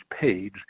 page